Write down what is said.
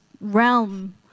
realm